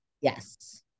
Yes